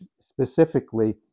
specifically